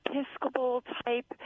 Episcopal-type